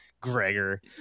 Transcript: Gregor